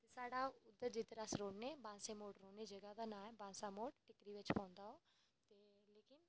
ते साढ़ा उद्धर जिद्धर अस रौह्ने ते मोड़ उस जगह दा नांऽ ऐ बांसा मोड़ पौंदा ओह् ते